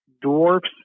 Dwarfs